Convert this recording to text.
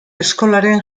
eskolaren